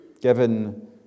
Given